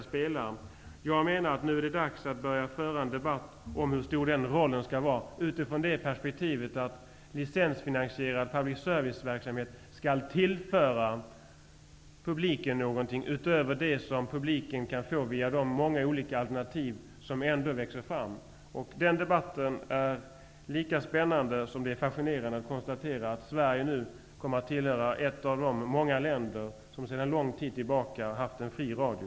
Jag menar att det nu är dags att börja föra en debatt om hur stor den rollen skall vara, utifrån det perspektivet att licensfinansierad public service-verksamhet skall tillföra publiken något utöver det som publiken kan få genom alla de alternativ som ändå växer fram. Den debatten är lika spännande som det faktum att Sverige nu kommer att höra till de länder som under lång tid har haft en fri radio.